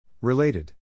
Related